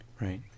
Right